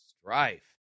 strife